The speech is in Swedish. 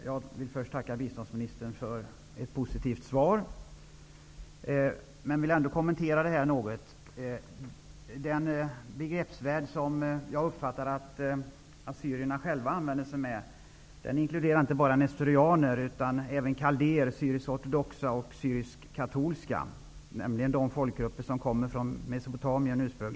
Herr talman! Jag tackar biståndsministern för ett positivt svar, men vill ändå kommentera svaret något. I den begreppsvärld som jag uppfattat är assyriernas egen inkluderas inte endast nestorianer, utan även de folkgrupper som ursprungligen kommer från Mesopotamien, som kaldéer, syriskortodoxa och syrisk-katolska grupper.